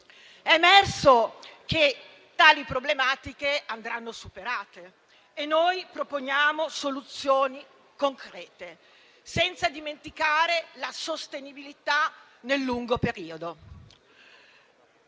È emerso che tali problematiche andranno superate e noi proponiamo soluzioni concrete, senza dimenticare la sostenibilità nel lungo periodo.